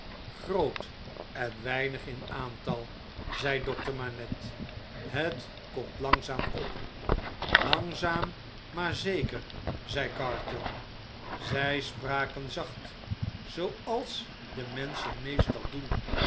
groot en weinig in aantal zei dokter manette het komt langzaam op langzaam maar zeker zei carton zjj spraken zacht zooals de menschen meestal doen